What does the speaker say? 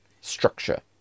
structure